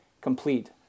complete